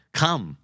come